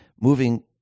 moving